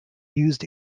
used